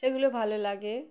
সেগুলো ভালো লাগে